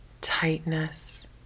tightness